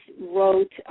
wrote